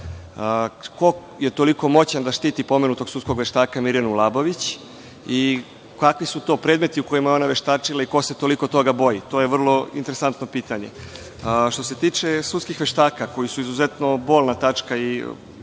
je toliko moćan da štiti pomenutog sudskog veštaka Mirjanu Labović i kakvi su to predmeti u kojima je ona veštačila i ko se toliko toga boji? Vrlo interesantno pitanje. Što se tiče sudskih veštaka koji su izuzetno bolna tačka i